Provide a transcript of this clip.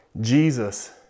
Jesus